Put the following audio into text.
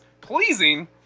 pleasing